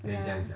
ya